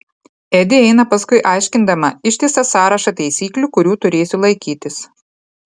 edi eina paskui aiškindama ištisą sąrašą taisyklių kurių turėsiu laikytis